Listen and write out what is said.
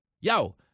Yo